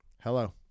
Hello